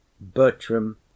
Bertram